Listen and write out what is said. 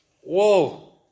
Whoa